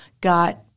got